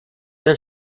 der